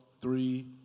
three